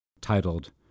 titled